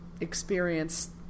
experienced